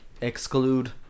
exclude